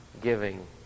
giving